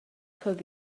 could